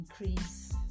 increase